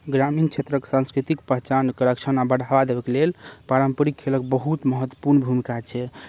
ग्रामीण छेत्रक सांस्कृतिक पहचानके रक्षण आ बढ़ाबा देबऽके लेल पारम्परिक खेलक बहुत महत्त्वपूर्ण भूमिका छै